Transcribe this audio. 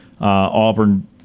Auburn